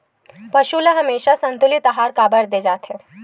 पशुओं ल हमेशा संतुलित आहार काबर दे जाथे?